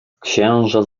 księża